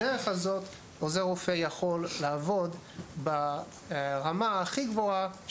בדרך הזאת עוזר רופא יכול לעבוד ברמה הכי גבוהה